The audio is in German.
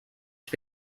ich